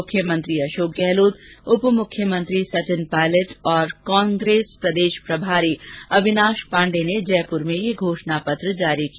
मुख्यमंत्री अशोक गहलोत उप मुख्यमंत्री सचिन पायलट और कांग्रेस प्रदेश प्रभारी अविनाश पांडे ने जयपूर में यह घोषणा पत्र जारी किया